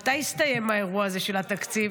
מתי יסתיים האירוע הזה של התקציב?